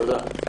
תודה.